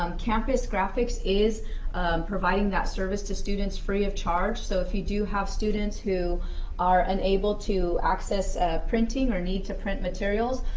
um campus graphics is providing that service to students free of charge, so if you do have students who are unable to access printing or need to print materials,